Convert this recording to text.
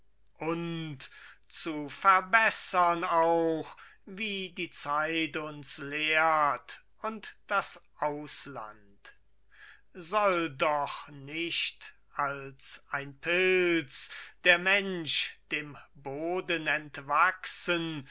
und zu verbessern auch wie die zeit uns lehrt und das ausland soll doch nicht als ein pilz der mensch dem boden entwachsen